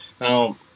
now